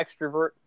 extrovert